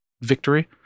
Victory